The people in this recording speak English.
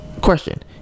question